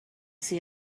see